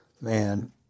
Man